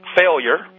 failure